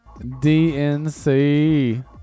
DNC